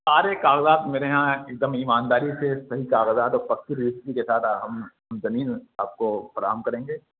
سارے کاغذات میرے یہاں ایک دم ایمانداری سے صحیح کاغذات اور پکی رجسٹری کے ساتھ ہم زمین آپ کو فراہم کریں گے